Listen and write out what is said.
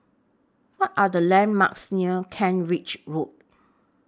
What Are The landmarks near Kent Ridge Road